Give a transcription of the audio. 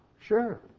Sure